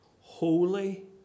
holy